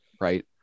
right